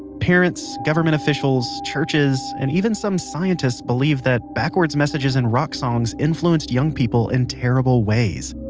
parents, government officials, churches, and even some scientists believed that backwards messages in rock songs influenced young people in terrible ways.